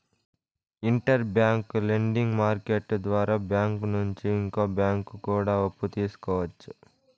inter bank lending market ద్వారా bank నుంచి ఇంకో బ్యాంకు కూడా అప్పు తీసుకోవచ్చు